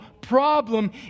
problem